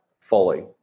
fully